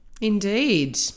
Indeed